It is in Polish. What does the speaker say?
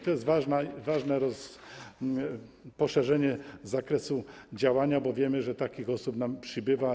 To jest ważne poszerzenie zakresu działania, bo wiemy, że takich osób nam przybywa.